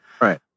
Right